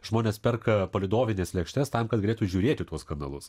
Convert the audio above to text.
žmonės perka palydovines lėkštes tam kad galėtų žiūrėti tuos kanalus